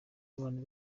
n’abantu